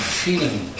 feeling